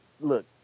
look